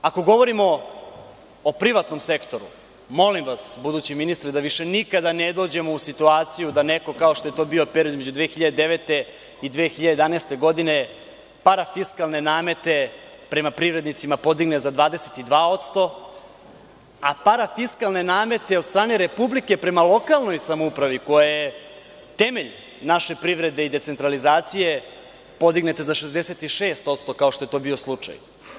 Ako govorimo o privatnom sektoru, molim vas, budući ministre, da više nikada ne dođemo u situaciju da neko kao što je to bio period između 2009. i 2011. godine, parafiskalne namete prema privrednicima podigne za 22%, a parafiskalne namete od strane Republike prema lokalnoj samoupravi, koja je temelj naše privrede i decentralizacije, podignete za 66%, kao što je to bio slučaj.